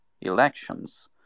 elections